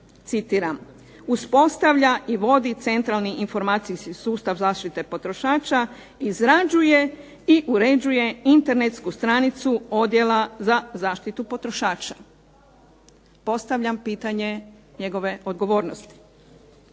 citiram: "Uspostavlja i vodi centralni informacijski sustav zaštite potrošača, izrađuje i uređuje internetsku stranicu Odjela za zaštitu potrošača." Postavljam pitanje njegove odgovornosti.